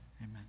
Amen